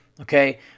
Okay